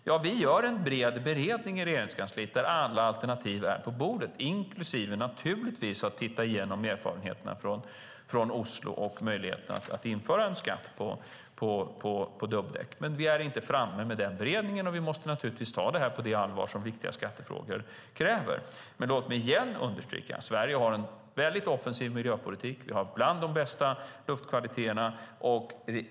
Ja, vi gör en bred beredning i Regeringskansliet, där alla alternativ är på bordet. Där ingår naturligtvis att man tittar igenom erfarenheterna från Oslo och möjligheten att införa en skatt på dubbdäck. Men vi är inte framme med den beredningen, och vi måste naturligtvis ta det här på det allvar som viktiga skattefrågor kräver. Men låt mig igen understryka att Sverige har en väldigt offensiv miljöpolitik. Vi har bland de bästa luftkvaliteterna.